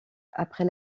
après